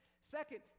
Second